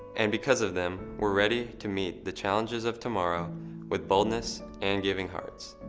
and because of them, we're ready to meet the challenges of tomorrow with boldness and giving hearts.